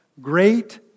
great